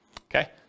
Okay